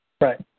Right